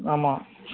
ஆமாம்